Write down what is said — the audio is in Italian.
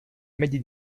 medie